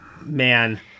man